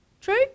True